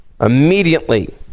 immediately